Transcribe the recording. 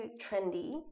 trendy